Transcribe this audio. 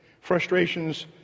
Frustrations